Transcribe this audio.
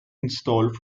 installed